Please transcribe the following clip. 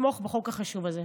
ולתמוך בחוק החשוב הזה.